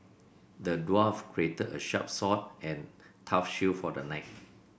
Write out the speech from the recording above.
the dwarf created a sharp sword and tough shield for the knight